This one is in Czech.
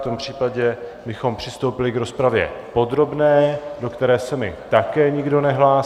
V tom případě bychom přistoupili k rozpravě podrobné, do které se mi také nikdo nehlásí.